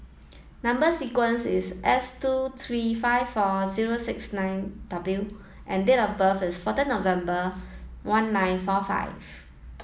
number sequence is S two three five four zero six nine W and date of birth is fourteen November one nine four five